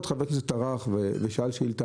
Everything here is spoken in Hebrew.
אמרתי שחבר כנסת טרח ושאל שאלות,